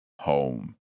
Home